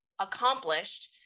accomplished